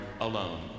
Alone